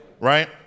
right